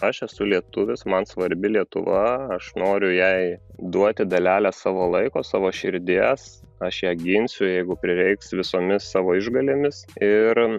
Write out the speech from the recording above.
aš esu lietuvis man svarbi lietuva aš noriu jai duoti dalelę savo laiko savo širdies aš ją ginsiu jeigu prireiks visomis savo išgalėmis ir